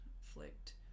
flicked